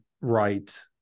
right